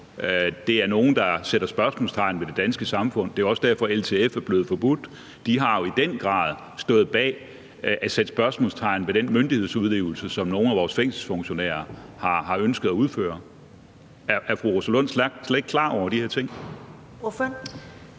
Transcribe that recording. nogle, der sætter spørgsmålstegn ved det danske samfund. Det er jo også derfor, at LTF er blevet forbudt. De har jo i den grad stået bag det at sætte spørgsmålstegn ved den myndighedsudøvelse, som nogle af vores fængselsfunktionærer har ønsket at udføre. Er fru Rosa Lund slet ikke klar over de her ting?